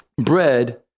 bread